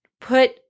put